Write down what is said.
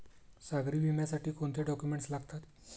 सागरी विम्यासाठी कोणते डॉक्युमेंट्स लागतात?